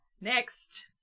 Next